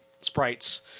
sprites